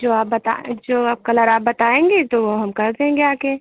जो आप बताएँ जो कलर आप बताएंगी वो हम कर देंगे आ कर